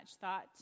thought